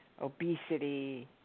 obesity